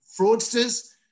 fraudsters